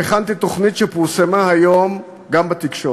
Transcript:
והכנתי תוכנית, היא גם פורסמה היום בתקשורת,